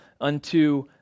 unto